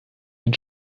den